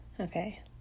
okay